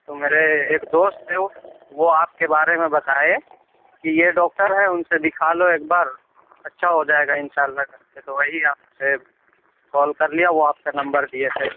تو میرے ایک دوست ہیں وہ آپ کے بارے میں بتائے کہ یہ ڈاکٹر ہیں اُن سے دکھا لو ایک بار اچھا ہو جائے گا اِنشاء اللہ تو وہی آپ سے کال کر لیا وہ آپ کا نمبر دیے تھے